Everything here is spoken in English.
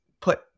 put